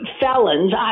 felons